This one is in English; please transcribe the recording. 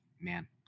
man